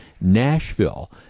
Nashville